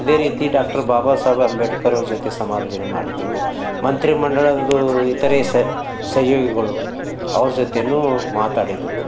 ಅದೇ ರೀತಿ ಡಾಕ್ಟರ್ ಬಾಬಾ ಸಾಹೇಬ್ ಆಂಬೇಡ್ಕರ್ ಅವ್ರ ಜೊತೆ ಸಮಾಲೋಚನೆ ಮಾಡಿದ್ರು ಮಂತ್ರಿ ಮಂಡಲದ್ ಇತರೆ ಸಹ್ಯೋಗಿಗಳು ಅವ್ರ ಜೊತೆ ಮಾತಾಡಿದ್ರು